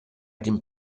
dem